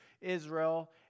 Israel